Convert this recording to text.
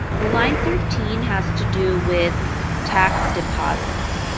line thirteen has to do with tax deposits.